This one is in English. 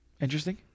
Interesting